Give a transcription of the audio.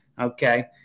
okay